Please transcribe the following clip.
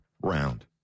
round